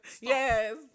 yes